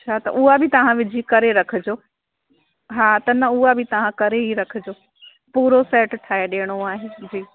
अच्छा त उहा बि तव्हां विझी करे रखिजो हा त न उहा बि तव्हां करे ई रखिजो पूरो सैट ठाहे ॾियणो आहे जी